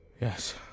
Yes